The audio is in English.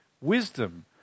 Wisdom